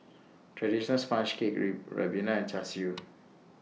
Traditional Sponge Cake Ribena and Char Siu